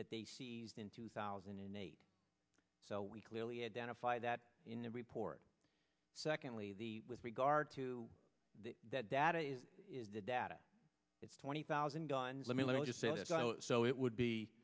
that they seized in two thousand and eight so we clearly identify that in the report secondly the with regard to that data is the data it's twenty thousand guns let me let me just say this so it would